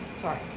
Sorry